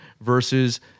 versus